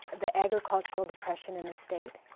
the agricultural depression in the state,